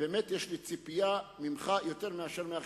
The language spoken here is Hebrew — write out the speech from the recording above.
באמת יש לי ציפייה ממך יותר מאשר מאחרים,